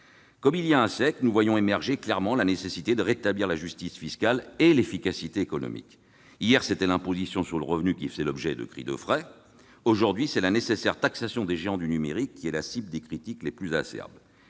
Comme il y a un siècle, nous voyons clairement émerger la nécessité de rétablir la justice fiscale et l'efficacité économique. Hier, c'était l'imposition sur le revenu qui suscitait des cris d'orfraie ; aujourd'hui, c'est la nécessaire taxation des géants du numérique qui est la cible des critiques les plus acerbes.